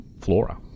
flora